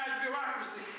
bureaucracy